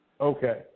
Okay